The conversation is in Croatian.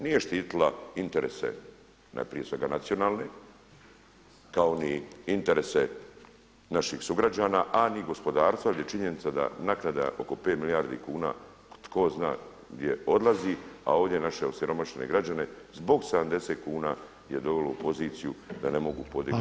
Nije štitila interese prije svega nacionalne kao ni interese naših sugrađana, a ni gospodarstva, gdje činjenica da naknada oko 5 milijardi kuna tko zna gdje odlazi, a ovdje naše osiromašene građane zbog 70 kuna je dovelo u poziciju da ne mogu podići svoje mirovine.